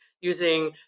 using